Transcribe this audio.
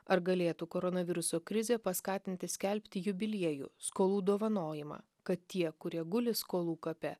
ar galėtų koronaviruso krizė paskatinti skelbti jubiliejų skolų dovanojimą kad tie kurie guli skolų kape